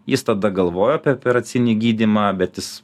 jis tada galvojo apie operacinį gydymą bet jis